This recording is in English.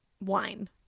wine